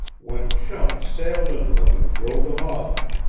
when chum sailed into them and druv them off.